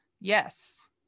Yes